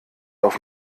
auf